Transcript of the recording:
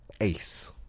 ace